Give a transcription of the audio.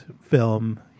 film